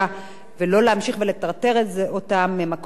ולא להמשיך ולטרטר אותם ממקום למקום,